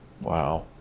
wow